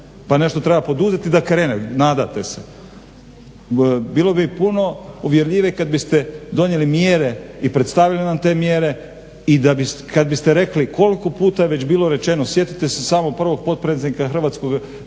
Pa nešto treba poduzeti da krene, nadate se. Bilo bi puno uvjerljivije kad biste donijeli mjere i predstavili nam te mjere i kad biste rekli koliko puta je već bilo rečeno. Sjetite se samo prvog potpredsjednika hrvatske